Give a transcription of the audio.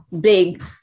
big